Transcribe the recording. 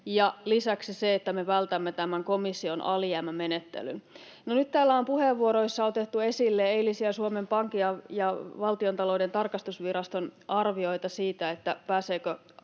myös se, että me vältämme tämän komission alijäämämenettelyn. No, nyt täällä on puheenvuoroissa otettu esille eilisiä Suomen Pankin ja Valtiontalouden tarkastusviraston arvioita siitä, pystyykö